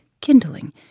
kindling